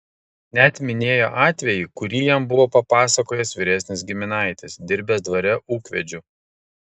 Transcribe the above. net minėjo atvejį kurį jam buvo papasakojęs vyresnis giminaitis dirbęs dvare ūkvedžiu